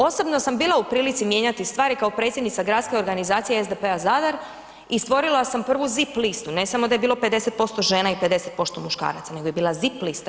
Osobno sam bila u prilici mijenjati stvari kao predsjednica Gradske organizacije SDP-a Zadar i stvorila sam prvu zip listu, ne samo da je bilo 50% žena o 50% muškaraca nego je bila zip lista.